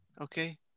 okay